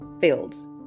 fields